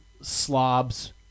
slobs